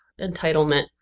entitlement